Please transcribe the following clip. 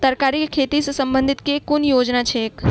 तरकारी केँ खेती सऽ संबंधित केँ कुन योजना छैक?